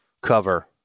cover